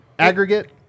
aggregate